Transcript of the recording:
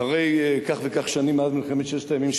אחרי כך וכך שנים מאז מלחמת ששת הימים,